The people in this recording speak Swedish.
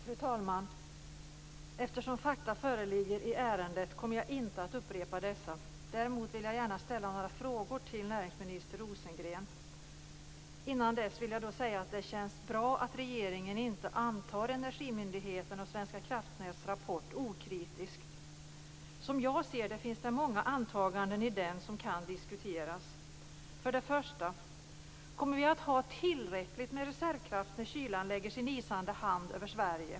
Fru talman! Eftersom fakta föreligger i ärendet kommer jag inte att upprepa dessa. Däremot vill jag ställa några frågor till näringsminister Rosengren. Dessförinnan vill jag säga att det känns bra att regeringen inte antar Energimyndighetens och Svenska kraftnäts rapport okritiskt. Som jag ser det finns det många antaganden i den som kan diskuteras. För det första: Kommer vi att ha tillräckligt med reservkraft när kylan lägger sin isande hand över Sverige?